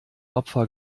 opfer